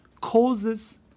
causes